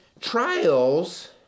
Trials